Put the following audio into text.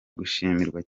gushimirwa